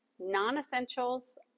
non-essentials